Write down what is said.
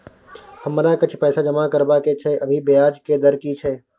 हमरा किछ पैसा जमा करबा के छै, अभी ब्याज के दर की छै?